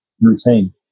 routine